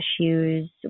issues